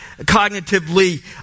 cognitively